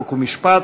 חוק ומשפט,